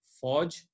forge